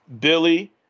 Billy